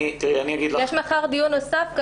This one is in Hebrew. יתקיים מחר דיון נוסף.